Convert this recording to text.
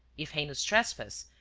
if heinous trespass,